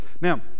now